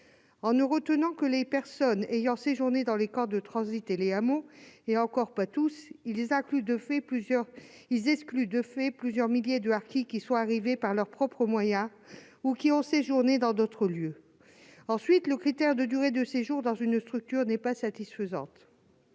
En ne retenant que les personnes ayant séjourné dans les camps de transit et les hameaux- et encore, pas tous !-, ils excluent de fait plusieurs milliers de harkis qui sont arrivés par leurs propres moyens ou qui ont séjourné dans d'autres lieux. Ensuite, le critère de durée de séjour dans une structure n'est pas satisfaisant.